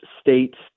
states